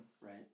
right